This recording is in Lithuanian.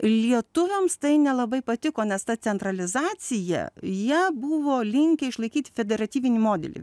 lietuviams tai nelabai patiko nes ta centralizacija jie buvo linkę išlaikyti federatyvinį modelį